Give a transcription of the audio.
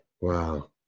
Wow